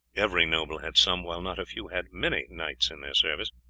every noble had some, while not a few had many knights in their service,